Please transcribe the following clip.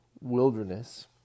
wilderness